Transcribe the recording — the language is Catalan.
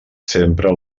sempre